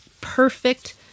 perfect